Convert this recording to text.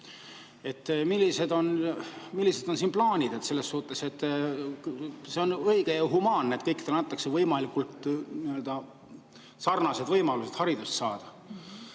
Millised on siin plaanid selles suhtes? See on õige ja humaanne, et kõikidele antakse võimalikult sarnased võimalused haridust saada.